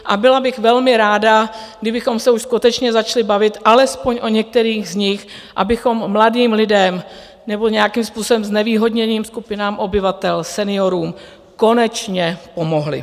A byla bych velmi ráda, kdybychom se už skutečně začali bavit alespoň o některých z nich, abychom mladým lidem nebo nějakým způsobem znevýhodněným skupinám obyvatel, seniorům, konečně pomohli.